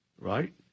Right